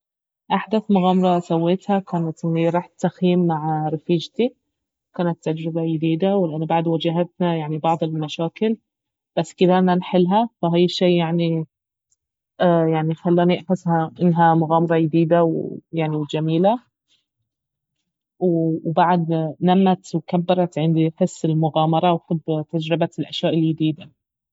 احدث مغامرة سويتها كانت اني رحت تخييم مع رفيجتي كانت تجربة يديدة ولأنه بعد واجهتنا يعني بعض المشاكل بس قدرنا نحلها فهاي الشيء يعني يعني خلاني احس انها مغامرة يديدة يعني وجميلة وبعد نمت وكبرت عندي حس المغامرة وحب تجربة الأشياء اليديدة